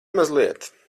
mazliet